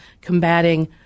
combating